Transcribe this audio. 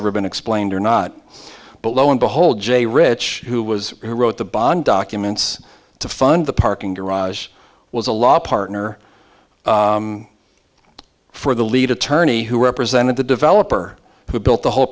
ever been explained or not but lo and behold jay rich who was who wrote the bond documents to fund the parking garage was a law partner for the lead attorney who represented the developer who built the whole